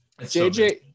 JJ